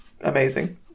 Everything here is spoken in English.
amazing